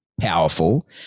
powerful